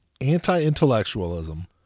anti-intellectualism